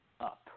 up